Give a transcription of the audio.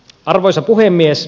arvoisa puhemies